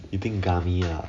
eating gummy ah